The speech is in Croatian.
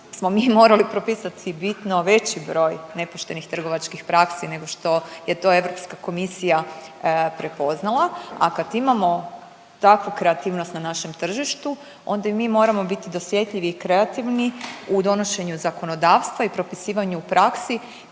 smo mi morali propisati bitno veći broj nepoštenih trgovačkih praksi nego što je to Europska komisija prepoznala, a kad imamo takvu kreativnost na našem tržištu onda i mi moramo biti dosjetljivi i kreativni u donošenju zakonodavstva i propisivanju u praksi